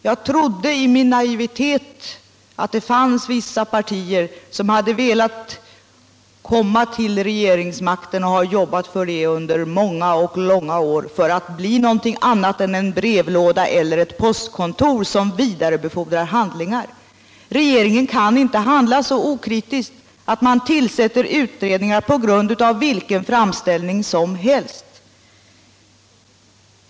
Jag trodde i min naivitet att det fanns vissa partier som hade velat komma till regeringsmakten och som har jobbat för det under många långa år för att bli någonting annat än en brevlåda eller ett postkontor som vidarebefordrar handlingar. Regeringen kan inte handla så okritiskt att man tillsätter utredningar på grund av vilken framställning som helst.